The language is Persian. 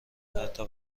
حتی